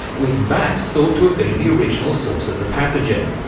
with bats thought to have been the original source of the pathogen.